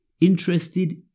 Interested